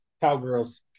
Cowgirls